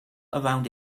around